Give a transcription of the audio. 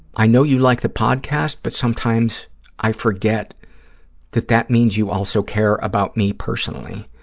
i know you like the podcast, but sometimes i forget that that means you also care about me personally.